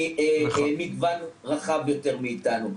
ממגוון רחב יותר מאתנו.